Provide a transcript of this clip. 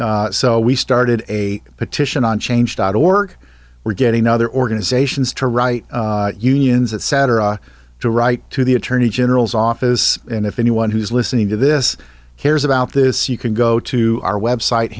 pressure so we started a petition on change dot org we're getting other organizations to write unions etc to write to the attorney general's office and if anyone who's listening to this cares about this you can go to our website